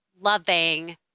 loving